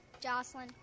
Jocelyn